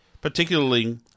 particularly